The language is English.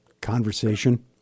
conversation